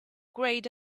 grayed